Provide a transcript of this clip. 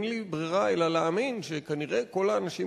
אין לי ברירה אלא להאמין שכנראה כל האנשים